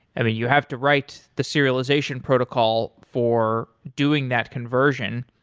and you have to write the serialization protocol for doing that conversion.